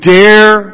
dare